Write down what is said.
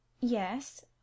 yes